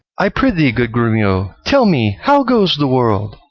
i prithee, good grumio, tell me, how goes the world?